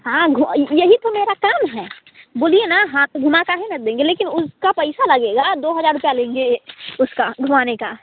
हाँ यही तो मेरा काम है बोलिए ना हाँ घूमा काहे न देंगे लेकिन उसका पइसा लगेगा दो हज़ार रुपया लेंगे उसका घुमाने का